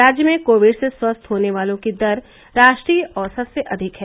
राज्य में कोविड से स्वस्थ होने वालों की दर राष्ट्रीय औसत से अधिक है